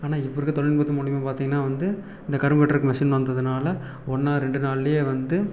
ஆனால் இப்போ இருக்க தொழில்நுட்பத்து மூலியமாக பார்த்திங்கன்னா வந்து இந்த கரும்பு வெட்டுறக்கு மிஷின் வந்ததுனால ஒன் ஆர் ரெண்டு நாள்லயே வந்து